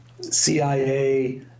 CIA